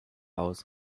aus